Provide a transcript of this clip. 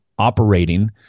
operating